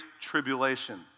tribulation